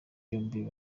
yombi